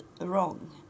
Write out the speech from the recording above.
wrong